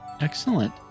Excellent